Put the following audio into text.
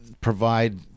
provide